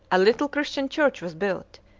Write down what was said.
a little christian church was built,